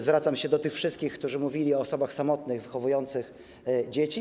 Zwracam się do wszystkich, którzy mówili o osobach samotnych wychowujących dzieci.